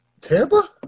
Tampa